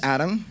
Adam